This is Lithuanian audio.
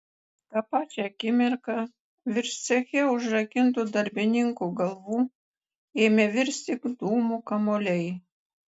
tą pačią akimirką virš ceche užrakintų darbininkų galvų ėmė virsti dūmų kamuoliai